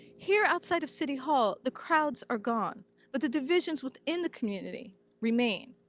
here outside of city hall, the crowds are gone but the divisions within the community remain.